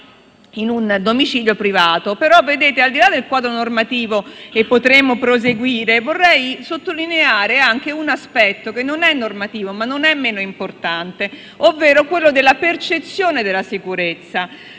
in un domicilio privato. Al di là del quadro normativo - e potremmo proseguire - vorrei sottolineare un aspetto che non è normativo, ma non è meno importante, ovvero quello della percezione della sicurezza